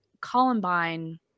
Columbine